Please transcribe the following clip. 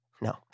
no